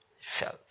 felt